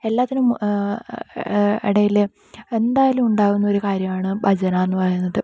എല്ലാറ്റിനും ഇടയിൽ എന്തായാലും ഉണ്ടാകുന്ന ഒരു കാര്യമാണ് ഭജന എന്നു പറയുന്നത്